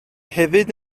hefyd